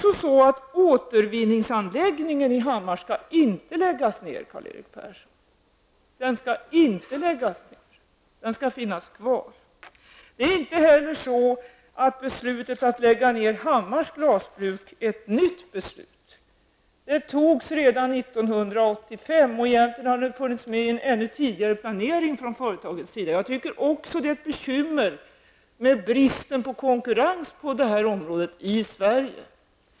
Återvinningsanläggningen i Hammar skall inte läggas ner, Karl-Erik Persson. Den skall inte läggas ner, den skall finnas kvar. Det är inte heller så att beslutet att lägga ner Hammars glasbruk är nytt. Det fattades redan 1985, och egentligen har det funnits med i en ännu tidigare planering från företagets sida. Även jag anser att bristen på konkurrens på detta område i Sverige är ett bekymmer.